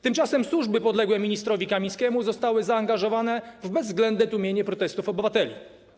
Tymczasem służby podległe ministrowi Kamińskiemu zostały zaangażowane w bezwzględne tłumienie protestów obywateli.